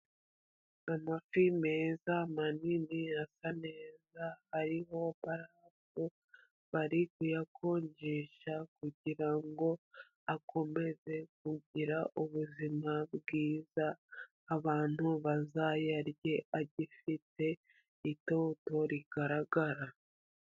Amafi meza manini asa neza, bari kuyakonjesha kugirango akomeze kugira ubuzima bwiza abantu bazayarye agifite itoto rigaragara.